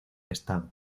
estado